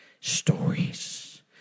stories